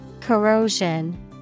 Corrosion